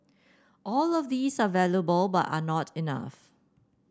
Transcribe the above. all of these are valuable but are not enough